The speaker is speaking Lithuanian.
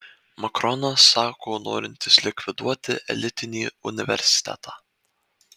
makronas sako norintis likviduoti elitinį universitetą